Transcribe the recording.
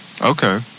Okay